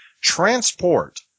transport